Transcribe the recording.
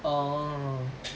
oh